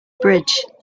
bridge